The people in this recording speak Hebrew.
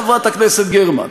חברת הכנסת גרמן?